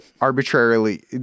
Arbitrarily